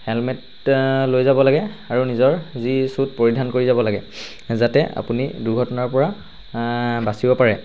helmet লৈ যাব লাগে আৰু নিজৰ যি চুট পৰিধান কৰি যাব লাগে যাতে আপুনি দুৰ্ঘটনাৰপৰা বাচিব পাৰে